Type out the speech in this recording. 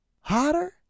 hotter